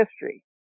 history